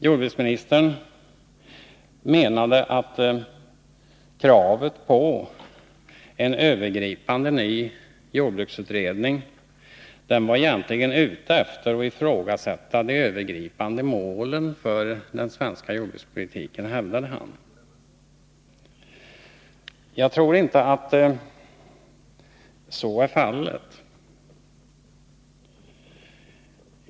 Jordbruksministern menade att kravet på en övergripande ny jordbruksutredning egentligen syftade till att ifrågasätta de övergripande målen för den svenska jordbrukspolitiken. Jag tror inte att så är fallet.